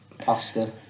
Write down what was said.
Pasta